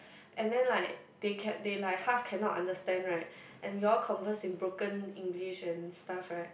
and then like they can they like half cannot understand right and your converse in broken English and stuff right